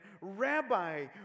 Rabbi